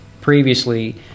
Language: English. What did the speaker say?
previously